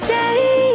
Say